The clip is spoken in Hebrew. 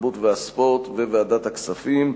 התרבות והספורט וועדת הכספים.